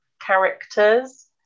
characters